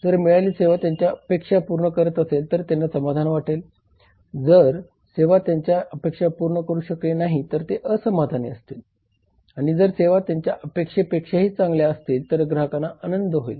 जर मिळालेली सेवा त्यांच्या अपेक्षा पूर्ण करत असेल तर त्यांना समाधान वाटेल जर सेवा त्यांच्या अपेक्षा पूर्ण करू शकली नाही तर ते असमाधानी असतील आणि जर सेवा त्यांच्या अपेक्षे पेक्षाही चांगल्या असतील तर ग्राहकांना आनंद होईल